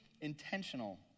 intentional